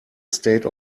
state